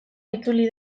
itzuli